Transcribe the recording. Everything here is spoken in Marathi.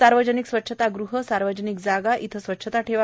सार्वजनिक स्वच्छतागृह सार्वजनिक जागा येथे स्वच्छता ठेवा